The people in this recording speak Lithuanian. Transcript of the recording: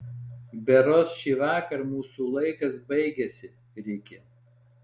berods šįvakar mūsų laikas baigiasi riki